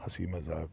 ہنسی مذاق